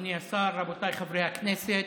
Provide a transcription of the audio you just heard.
אדוני השר, רבותיי חברי הכנסת,